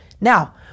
Now